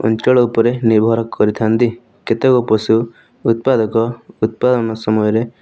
ଅଞ୍ଚଳ ଉପରେ ନିର୍ଭର କରିଥାନ୍ତି କେତେକ ପଶୁ ଉତ୍ପାଦକ ଉତ୍ପାଦନ ସମୟରେ